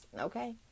Okay